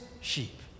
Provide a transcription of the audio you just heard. sheep